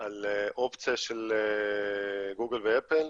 על האופציה של גוגל ואפל,